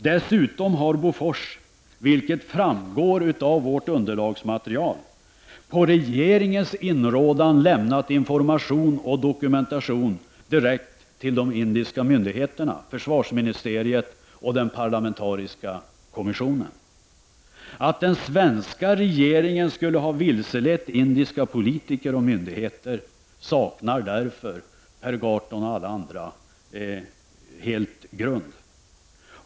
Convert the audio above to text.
För det andra har Bofors, vilket framgår av vårt underlagsmateriel, på regeringens inrådan lämnat information och dokumentation direkt till de indiska myndigheterna, försvarsministeriet och den parlamentariska kommissionen. Att den svenska regeringen skulle ha vilselett indiska politiker och myndigheter saknar därför, Per Gahrton och alla andra, helt grund.